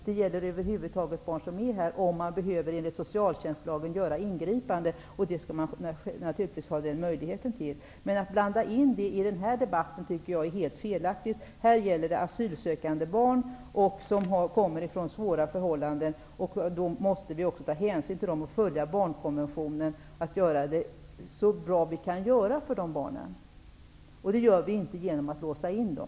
Det gäller över huvud taget barn som vistas här, om man enligt socialtjänstlagen behöver göra ingripanden. Den möjligheten skall man naturligtvis ha. Men att blanda in detta i den här debatten tycker jag är helt felaktigt. Här gäller det asylsökande barn som kommer från svåra förhållanden. Då måste vi också ta hänsyn till dem, följa barnkonventionen och göra det så bra vi kan för de barnen. Det gör vi inte genom att låsa in dem.